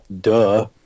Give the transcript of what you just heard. duh